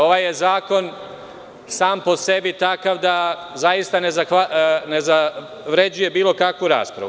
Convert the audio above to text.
Ovaj je zakon sam po sebi takav da zaista ne zavređuje bilo kakvu raspravu.